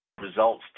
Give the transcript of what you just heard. results